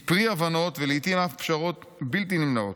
היא פרי הבנות ולעיתים אף פשרות בלתי נמנעות.